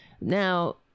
Now